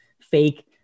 fake